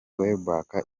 welbeck